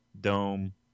Dome